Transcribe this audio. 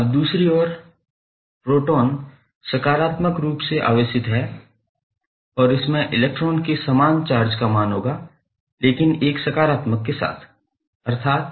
अब दूसरी ओर प्रोटॉन सकारात्मक रूप से आवेशित है और इसमें इलेक्ट्रॉन के समान चार्ज का मान होगा लेकिन एक सकारात्मक के साथ अर्थात